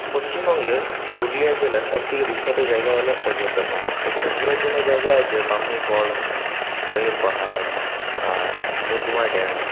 পশিমবঙ্গের পুরুলিয়া জেলার সবথেকে বিখ্যাত জায়গা হল অযোধ্যা পাহাড় এখানে ঘোরার জন্য জায়গা আছে বামনি ফলস ময়ূর পাহাড় মুরগুমা ড্যাম